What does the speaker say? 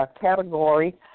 category